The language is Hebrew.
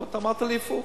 ואתה אמרת לי הפוך.